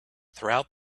throughout